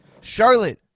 Charlotte